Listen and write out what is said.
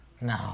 No